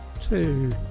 Two